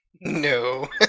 No